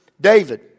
David